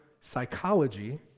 psychology